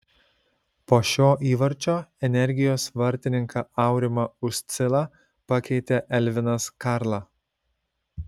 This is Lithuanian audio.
po šio įvarčio energijos vartininką aurimą uscilą pakeitė elvinas karla